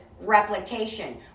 replication